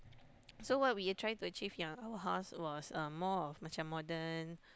so what we are trying to achieve ya our house was um more of um macam modern